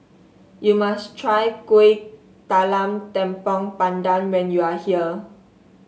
you must try Kuih Talam Tepong Pandan when you are here